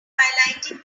highlighting